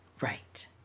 right